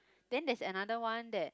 then there's another one that